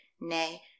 nay